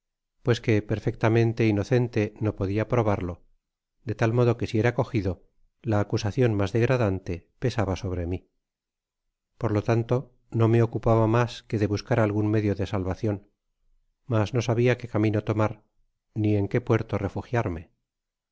pues que perfectamente inocente no podia probarlo de tal modo que si era cogido la acusacion mas degradante pesaba sobre mi por lo tanto no me ocupaba mas que de buscar algun medio de salivacion mas no sabia que camino tomar ni en qué puerto refugiarme